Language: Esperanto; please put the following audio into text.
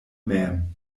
mem